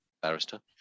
barrister